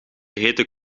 hete